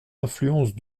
influences